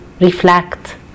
reflect